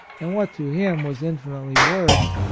and, what to him was infi nitely worse,